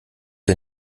ihr